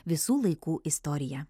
visų laikų istorija